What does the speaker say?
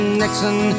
nixon